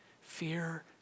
Fear